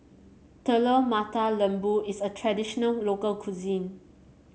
Telur Mata Lembu is a traditional local cuisine